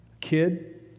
kid